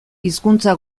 hizkuntza